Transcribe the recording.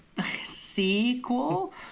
Sequel